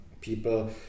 people